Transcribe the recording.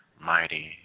mighty